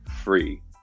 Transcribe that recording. free